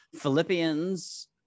Philippians